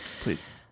Please